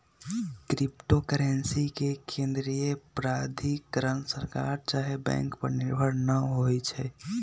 crypto currency के केंद्रीय प्राधिकरण सरकार चाहे बैंक पर निर्भर न होइ छइ